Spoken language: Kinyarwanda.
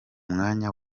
mwanya